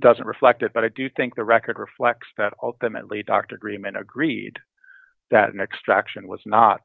doesn't reflect it but i do think the record reflects that ultimately dr agreement agreed that an extraction was not